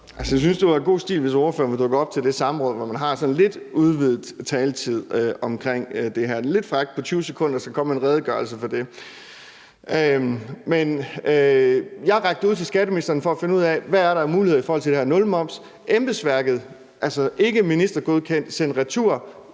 god stil, hvis spørgeren var dukket op til det samråd, hvor man har sådan lidt udvidet taletid omkring det her – det er lidt frækt på 20 sekunder så at komme med en redegørelse for det. Men jeg rakte ud til skatteministeren for at finde ud af, hvad der er af muligheder i forhold til det her nulmoms. Embedsværket sendte noget retur,